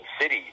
city